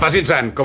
but the exam